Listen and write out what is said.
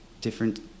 different